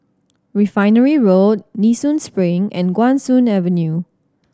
Refinery Road Nee Soon Spring and Guan Soon Avenue